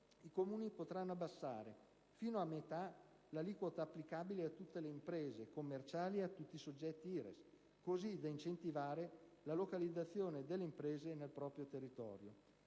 i Comuni potranno abbassare fino alla metà l'aliquota applicabile a tutte le imprese commerciali e a tutti i soggetti IRES, così da incentivare la localizzazione delle imprese nel proprio territorio.